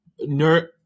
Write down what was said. nerd